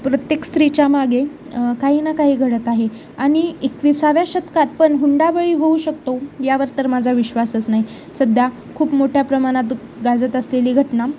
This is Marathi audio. प्रत्येक स्त्रीच्या मागे काही ना काही घडत आहे आणि एकविसाव्या शतकात पण हुंडाबळी होऊ शकतो यावर तर माझा विश्वासच नाही सध्या खूप मोठ्या प्रमाणात गाजत असलेली घटना